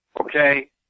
okay